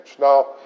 now